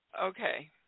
Okay